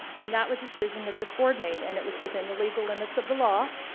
and that was a decision that this board made, and it was within the legal limits of the law.